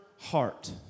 heart